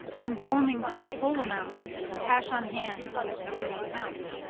conforming to the whole amount of cash on hand which they will count.